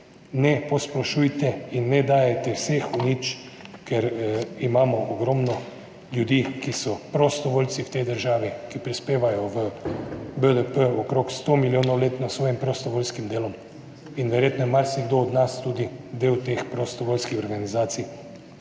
ne posplošujte in ne dajajte vseh v nič, ker imamo ogromno ljudi, ki so prostovoljci v tej državi, ki prispevajo v BDP okrog 100 milijonov letno s svojim prostovoljskim delom in verjetno je marsikdo od nas tudi del teh prostovoljskih organizacij,